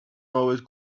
always